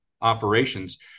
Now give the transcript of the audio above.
operations